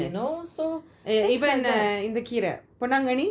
yes இவை என்ன இந்த கீரை பொன்னாங்கண்ணி:iva enna intha keera ponanganni